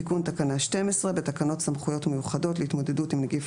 תיקון תקנה 12 1.בתקנות סמכויות מיוחדות להתמודדות עם נגיף